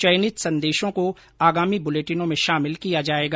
चयनित संदेशों को आगामी बुलेटिनों में शामिल किया जाएगा